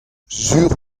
sur